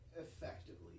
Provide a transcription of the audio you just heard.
effectively